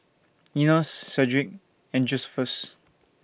Enos Shedrick and Josephus